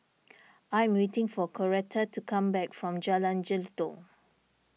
I am waiting for Coretta to come back from Jalan Jelutong